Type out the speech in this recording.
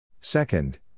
Second